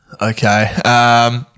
Okay